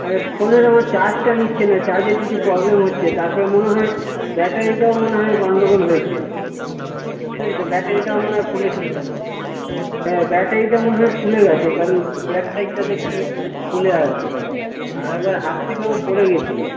আরে ফোনের আমার চার্জটা নিচ্ছে না চার্জের কিছু প্রব্লেম হচ্ছে তারপরে মনে হয় ব্যাটারিটাও মনে হয় গন্ডগোল হয়েছে বুঝলে তো ব্যাটারিটাও মনে হয় ফুলে টুলে হ্যাঁ ব্যাটারিটাও মনে হয় ফুলে গেছে কারণ ব্যাক সাইডটা দেখছি ফুলে আছে আর একবার হাত থেকেও পড়ে গেছিলো